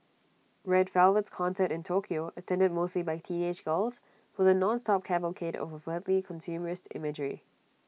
red Velvet's concert in Tokyo attended mostly by teenage girls was A nonstop cavalcade of overtly consumerist imagery